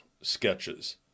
sketches